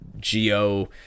geo